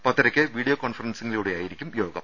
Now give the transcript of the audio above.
പത്തരയ്ക്ക് വീഡിയോ കോൺഫറൻസിലൂടെയായിരിക്കും യോഗം